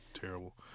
terrible